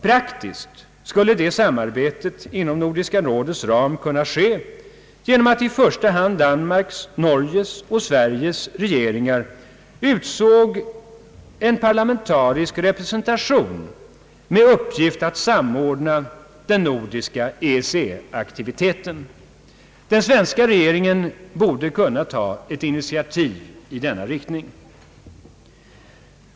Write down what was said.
Praktiskt skulle det samarbetet inom Nordiska rådets ram kunna ske genom att i första hand Danmarks, Norges och Sveriges regeringar utsåg en parlamentarisk representation med uppgift att samordna den nordiska EEC-aktiviteten. Den svenska regeringen borde kunna ta ett initiativ i den riktningen.